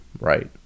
right